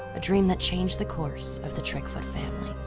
a dream that changed the course of the trickfoot family.